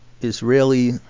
Israeli